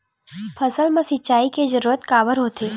फसल मा सिंचाई के जरूरत काबर होथे?